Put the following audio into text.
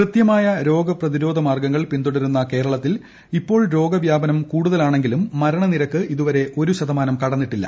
കൃത്യമായ രോഗപ്രതിരോധ മാർഗങ്ങൾ പിന്തുടരുന്ന കേരളത്തിൽ ഇപ്പോൾ രോഗവ്യാപനം കൂടുതലാണെങ്കിലും മരണനിരക്ക് ഇതുവരെ ഒരു ശതമാനം കടന്നിട്ടില്ല